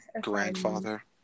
grandfather